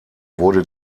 wurde